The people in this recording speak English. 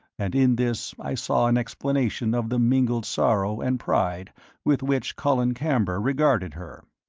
and in this i saw an explanation of the mingled sorrow and pride with which colin camber regarded her.